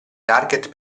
target